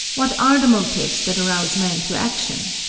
what are the motives that arouse men to action?